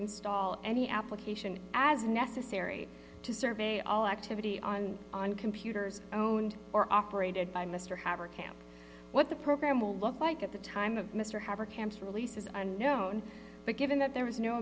install any application as necessary to survey all activity on on computers owned or operated by mr however camp what the program will look like at the time of mr however camps releases unknown but given that there was no